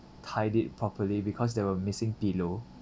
tidied properly because there were missing pillow